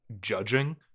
judging